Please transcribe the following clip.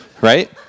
right